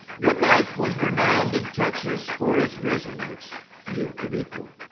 goodnight was renowned in texas for his vision, which few could equal.